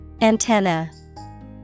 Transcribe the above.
Antenna